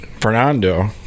fernando